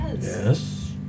Yes